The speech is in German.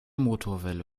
motorwelle